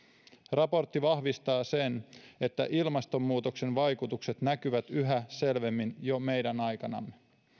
raportti vahvistaa sen että ilmastonmuutoksen vaikutukset näkyvät yhä selvemmin jo meidän aikanamme